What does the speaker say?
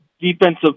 defensive